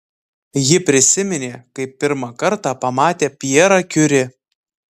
ji prisiminė kaip pirmą kartą pamatė pjerą kiuri